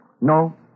No